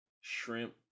shrimp